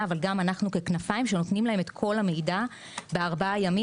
אבל גם אנחנו כ"כנפיים" שנותנים להם את כל המידע בארבעה ימים,